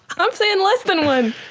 i'm saying less than one.